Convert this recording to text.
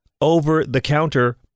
over-the-counter